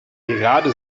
gerade